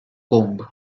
combe